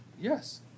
Yes